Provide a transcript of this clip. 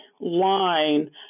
line